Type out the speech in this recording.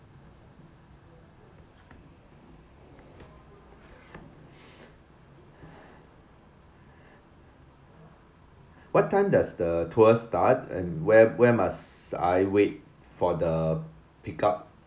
what time does the tour start and where where must I wait for the pick up